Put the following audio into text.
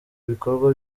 bikorwa